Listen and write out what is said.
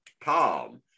palm